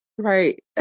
Right